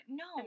no